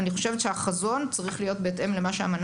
אני חושבת שהחזון צריך להיות בהתאם למה שהאמנה